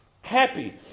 happy